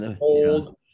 old